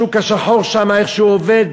השוק השחור שם, איך הוא עובד,